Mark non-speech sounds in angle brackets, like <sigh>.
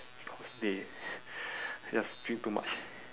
cause they <noise> just drink too much